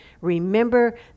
Remember